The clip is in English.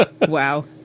Wow